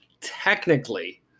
technically